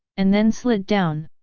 and then slid down.